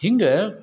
ಹಿಂಗೆ